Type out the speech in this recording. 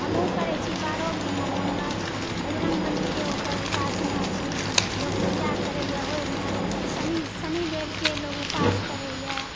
हमहुँ करैत छी बारहो महीना मङ्गल बजरङ्ग बलीके ओकर उपासना छी लोक पूजा करयए ओहिमे शनि शनिदेवके लोग उपास करयए